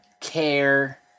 care